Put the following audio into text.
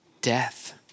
death